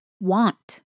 want